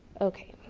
okay,